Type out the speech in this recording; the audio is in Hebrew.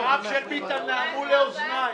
דבריו של ביטן נעמו לאוזניי.